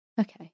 okay